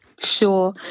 Sure